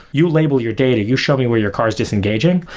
you label your data, you show me where your car is disengaging.